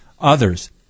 others